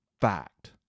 fact